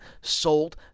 sold